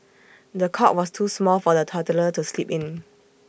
the cot was too small for the toddler to sleep in